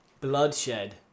Bloodshed